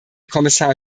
kommissar